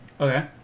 Okay